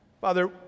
father